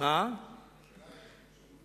יש הקצנה גם בירושלים.